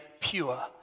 pure